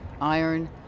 iron